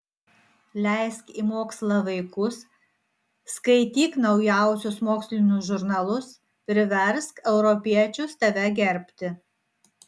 leisk į mokslą vaikus skaityk naujausius mokslinius žurnalus priversk europiečius tave gerbti